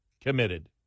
committed